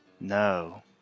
No